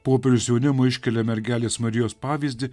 popiežius jaunimui iškelia mergelės marijos pavyzdį